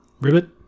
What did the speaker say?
Ribbit